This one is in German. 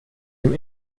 dem